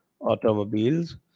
automobiles